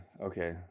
Okay